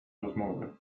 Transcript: rozmowy